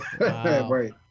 Right